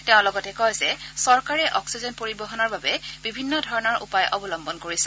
তেওঁ লগতে কয় যে চৰকাৰে অস্সিজেন পৰিবহণৰ বাবে বিভিন্ন ধৰণৰ উপায় অৱলম্বন কৰিছে